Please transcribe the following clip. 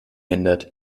ändert